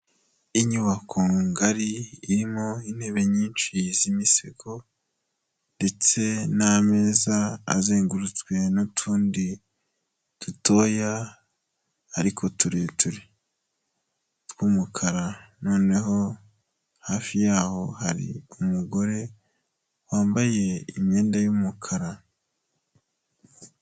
Inyubako ngari irimo intebe nyinshi z'imisego ndetse n'ameza azengurutswe n'utundi dutoya, ariko tureture tw'umukara. Noneho hafi y'aho hari umugore wambaye imyenda y'umukara.